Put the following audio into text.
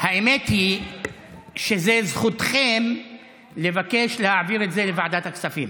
האמת היא שזו זכותכם לבקש להעביר את זה לוועדת הכספים.